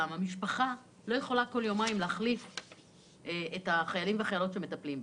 משפחה לא יכולה להחליף בכל יומיים את החיילים שמטפלים בה.